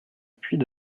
puits